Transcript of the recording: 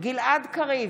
גלעד קריב,